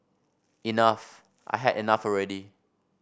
enough I had enough already